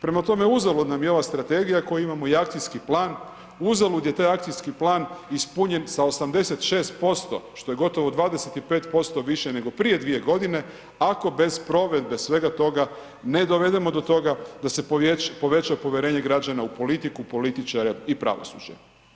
Prema tome, uzalud nam je ova strategija koju imamo i akcijski plan, uzalud je taj akcijski plan ispunjen sa 86% što je gotovo 25% više nego prije 2 godine ako bez provedbe svega toga ne dovedemo do toga da se poveća povjerenje građana u politiku, političare i pravosuđe.